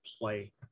play